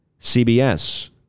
CBS